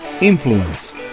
influence